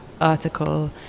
article